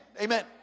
Amen